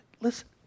listen